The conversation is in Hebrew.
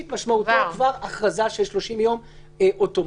משמעותו כבר הכרזה של 30 יום אוטומטית.